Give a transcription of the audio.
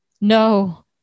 No